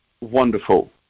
wonderful